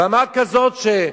במה כזאת,